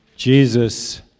Jesus